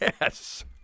Yes